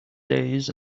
days